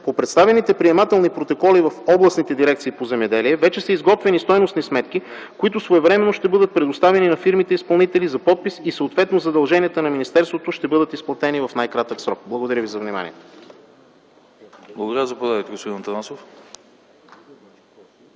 По представените приемателни протоколи в областните дирекции по земеделие вече са изготвени стойностни сметки, които своевременно ще бъдат предоставени на фирмите изпълнители за подпис и съответно задълженията на министерството ще бъдат изплатени в най-кратък срок. Благодаря ви за вниманието.